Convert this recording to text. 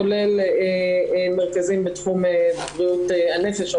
כולל מרכזים בתחום בריאות הנפש,